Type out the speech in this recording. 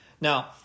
Now